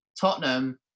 Tottenham